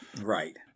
Right